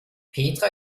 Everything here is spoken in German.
petra